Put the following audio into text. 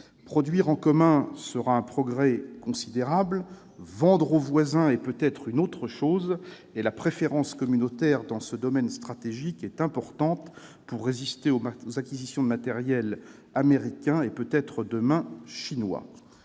Produire en commun sera un progrès considérable ; vendre aux voisins est une autre chose. Aussi, la préférence communautaire dans ce domaine stratégique est importante pour résister aux acquisitions de matériels américains et, demain peut-être, chinois.